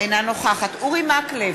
אינה נוכחת אורי מקלב,